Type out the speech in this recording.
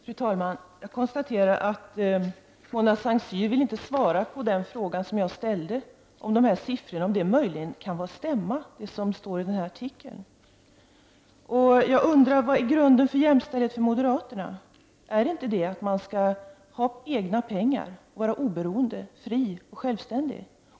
Fru talman! Jag konstaterar att Mona Saint Cyr inte vill svara på den fråga som jag ställde, om de siffror som står i denna artikel kan stämma. Jag undrar vad grunden för jämställdhet är för moderaterna? Är den inte att varje människa skall ha egna pengar och vara oberoende, fri och självständig?